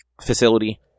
facility